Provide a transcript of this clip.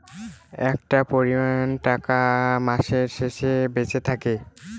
একটা পরিমান টাকা মাসের শেষে বেঁচে থাকে